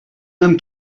homme